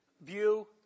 view